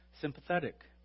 sympathetic